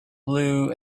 blue